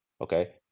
Okay